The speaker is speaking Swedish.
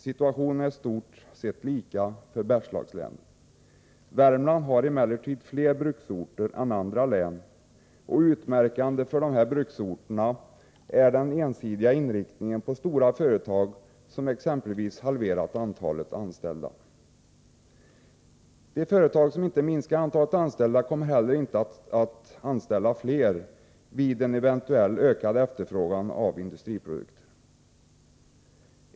Situationen är i stort sett lika för Bergslagslänen. Värmland har emellertid fler bruksorter än andra län. Utmärkande för bruksorterna är den ensidiga inriktningen på stora företag som exempelvis halverat antalet anställda. De företag som inte minskar antalet anställda kommer inte heller att anställa fler vid en eventuellt ökad efterfrågan på industriprodukter.